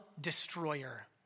destroyer